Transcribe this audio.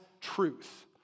truth